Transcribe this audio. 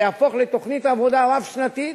שיהפוך לתוכנית עבודה רב-שנתית,